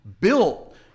built